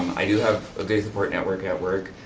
i do have a good support network at work.